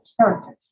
characters